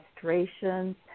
frustrations